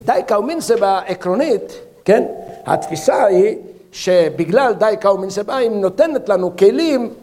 דייקה ומינסבה עקרונית, כן, התפיסה היא שבגלל דייקה ומינסבה אם נותנת לנו כלים